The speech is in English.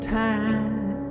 time